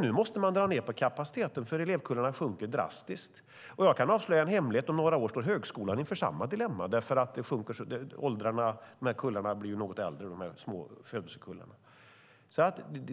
Nu måsta man dra ned på kapaciteten, för elevkullarna minskar drastiskt. Jag kan avslöja en hemlighet: Om några år står högskolan inför samma dilemma därför att det har varit små födelsekullar.